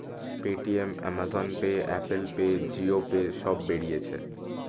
Paytm, Amazon Pay, Apple Pay, Jio Pay সব বেরিয়েছে